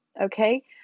Okay